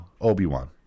Obi-Wan